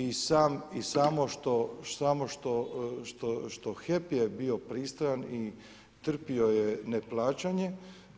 I samo što HEP je bio pristojan, trpio je neplaćanje